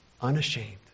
Unashamed